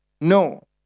no